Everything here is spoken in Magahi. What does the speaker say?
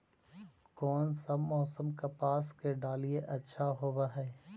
कोन सा मोसम कपास के डालीय अच्छा होबहय?